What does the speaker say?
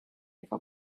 ega